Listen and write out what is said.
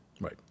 Right